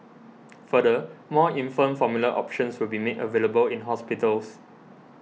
further more infant formula options will be made available in hospitals